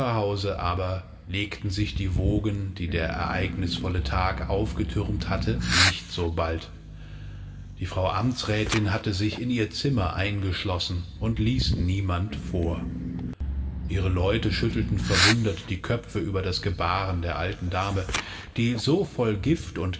aber legten sich die wogen die der ereignisvolle tag aufgestürmt hatte nicht so bald die frau amtsrätin hatte sich in ihr zimmer eingeschlossen und ließ niemand vor ihre leute schüttelten verwundert die köpfe über das gebaren der alten dame die so voll gift und